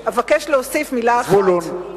זבולון,